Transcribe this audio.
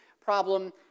problem